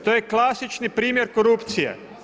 To je klasični primjer korupcije.